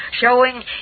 showing